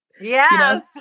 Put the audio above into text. Yes